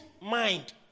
mind